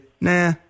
nah